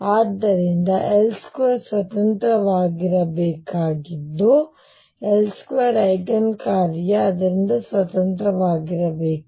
ಆದುದರಿಂದ L2 ಸ್ವತಂತ್ರವಾಗಿರಬೇಕಾದದ್ದು L2 eigen ಕಾರ್ಯ ಅದರಿಂದ ಸ್ವತಂತ್ರವಾಗಿರಬೇಕು